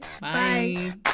bye